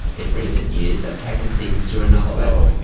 in recent years they've taken things to another level,